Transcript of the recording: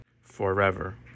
forever